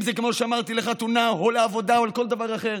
אם זה כמו שאמרתי, לחתונה, לעבודה או לכל דבר אחר.